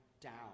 down